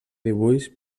dibuix